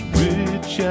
rich